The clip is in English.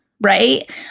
right